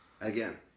Again